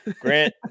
Grant